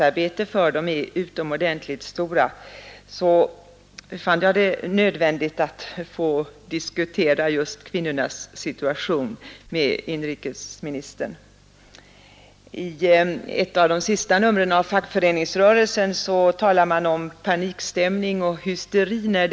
Fru Jonäng har själv i sin interpellation lämnat en del uppgifter som belyser arbetsmarknadsläget speciellt för kvinnorna. Som en komplettering vill jag peka på att sysselsättningen för kvinnor även under nuvarande konjunkturnedgång totalt sett har ökat.